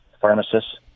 pharmacists